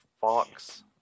Fox